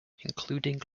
including